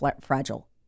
fragile